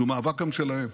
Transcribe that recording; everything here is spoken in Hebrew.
שהוא מאבק גם שלהם.